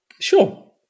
Sure